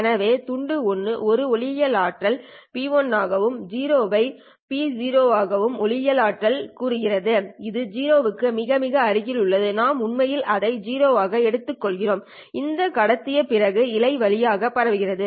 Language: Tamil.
எனவே துண்டு 1 ஒரு ஒளியியல் ஆற்றல் P1 ஆகவும் 0 ஐ P0 இன் ஒளியியல் ஆற்றல் ஆகவும் குறிக்கிறது இது 0 க்கு மிக மிக அருகில் உள்ளது நாம் உண்மையில் அதை 0 ஆக எடுத்துக்கொள்கிறோம் இது கடத்திய பிறகு இழை வழியாக பரவுகிறது